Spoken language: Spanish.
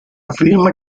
afirma